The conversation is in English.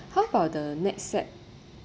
how about the next set